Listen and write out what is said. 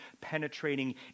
penetrating